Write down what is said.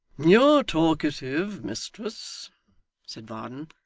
you're talkative, mistress said varden,